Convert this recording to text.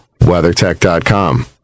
WeatherTech.com